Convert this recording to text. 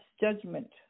judgment